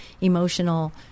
emotional